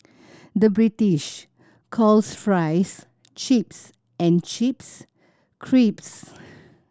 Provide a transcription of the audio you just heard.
the British calls fries chips and chips crisps